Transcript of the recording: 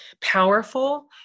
powerful